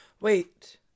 Wait